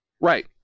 Right